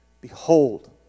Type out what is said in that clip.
behold